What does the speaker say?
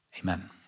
Amen